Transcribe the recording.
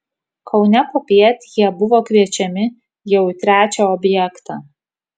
kaune popiet jie buvo kviečiami jau į trečią objektą